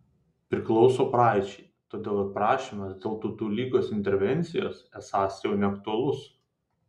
priklauso praeičiai todėl ir prašymas dėl tautų lygos intervencijos esąs jau neaktualus